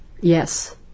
yes